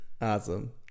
Awesome